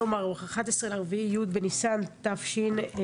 היום 11 באפריל 2022, י' בניסן התשפ"ב.